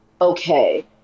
okay